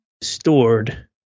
stored